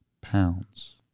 pounds